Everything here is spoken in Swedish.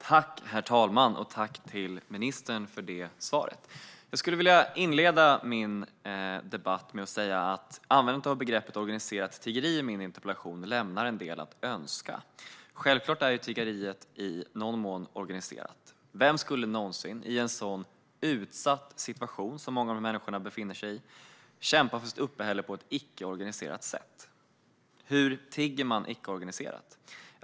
Herr talman! Tack, ministern, för svaret! Jag vill inleda debatten med att säga att användandet av begreppet "organiserat tiggeri" i min interpellation lämnar en del att önska. Självklart är tiggeriet i någon mån organiserat, för vem skulle någonsin i en så utsatt situation som många av dessa människor befinner sig i kämpa för sitt uppehälle på ett icke-organiserat sätt? Hur tigger man icke-organiserat?